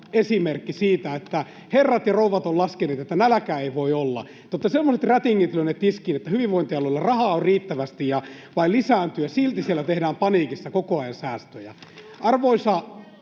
esimerkki: herrat ja rouvat ovat laskeneet, että näläkä ei voi olla. Te olette semmoiset rätingit lyöneet tiskiin, että hyvinvointialueilla rahaa on riittävästi ja se vain lisääntyy, ja silti siellä tehdään paniikissa koko ajan säästöjä. Arvoisa